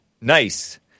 Nice